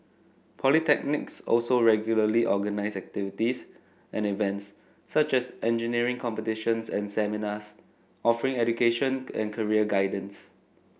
polytechnics also regularly organise activities and events such as engineering competitions and seminars offering education and career guidance